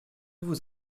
vous